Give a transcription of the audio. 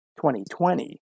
2020